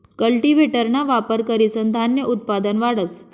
कल्टीव्हेटरना वापर करीसन धान्य उत्पादन वाढस